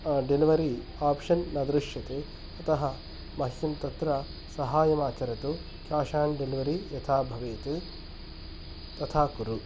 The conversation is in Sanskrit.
डेलिवरि आप्शन् न दृष्यते अतः मह्यं तत्र सहाय्यम् आचरतु काश् आन् डेलिवरि यथा भवेत् तथा कुरु